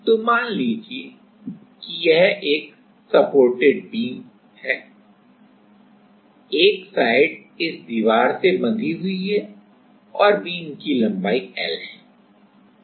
तो मान लें कि यह एक साधारण सपोर्टेड बीम है एक साइड इस दीवार से बंधी हुई है और बीम की लंबाई L है